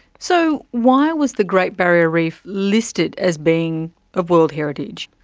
so why was the great barrier reef listed as being of world heritage?